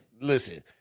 listen